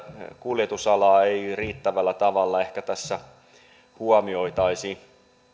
kuljetusalaa ei riittävällä tavalla ehkä tässä huomioitaisi